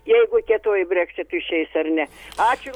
jeigu kietuoju breksitu išeis ar ne ačiū